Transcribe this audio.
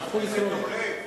חבר הכנסת אורלב,